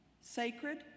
sacred